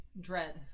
dread